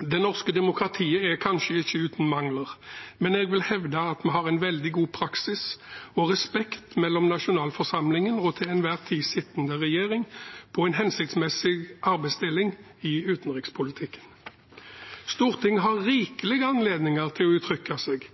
Det norske demokratiet er kanskje ikke uten mangler, men jeg vil hevde at vi har en veldig god praksis og respekt mellom nasjonalforsamlingen og den til enhver tid sittende regjering om en hensiktsmessig arbeidsdeling i utenrikspolitikken. Stortinget har rikelig anledning til å uttrykke seg,